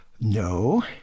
No